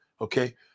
Okay